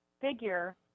figure